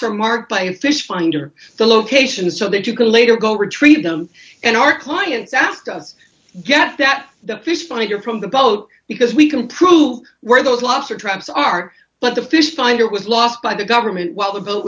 finder the location so that you could later go retrieve them and our clients asked us to get that the fish finder from the boat because we can prove where those lobster traps are but the fish finder was lost by the government while the boat